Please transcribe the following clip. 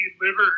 liver